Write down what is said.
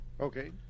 Okay